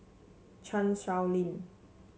Chan Sow Lin